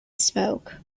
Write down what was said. smoke